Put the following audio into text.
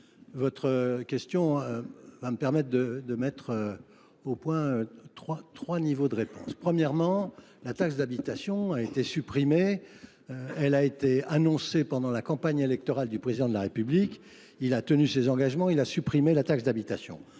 Votre question va me permettre de mettre au point trois niveaux de réponse. Premièrement, la taxe d'habitation a été supprimée. Elle a été annoncée pendant la campagne électorale du président de la République, il a tenu ses engagements, il a supprimé la taxe d'habitation.